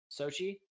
Sochi